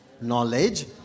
knowledge